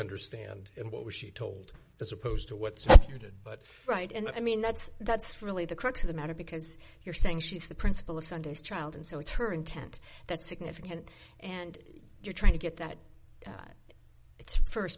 understand and what was she told as opposed to what you did but right and i mean that's that's really the crux of the matter because you're saying she's the principle of sunday's child and so it's her intent that's significant and you're trying to get that it's